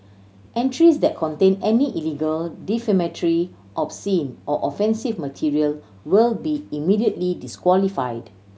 entries that contain any illegal defamatory obscene or offensive material will be immediately disqualified